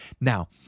Now